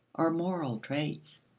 are moral traits.